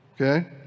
Okay